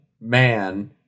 man